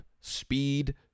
speed